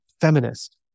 feminist